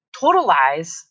totalize